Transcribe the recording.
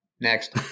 Next